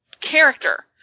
character